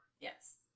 Yes